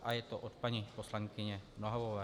A je to od paní poslankyně Nohavové.